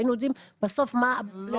היינו יודעים בסוף מה הסכום.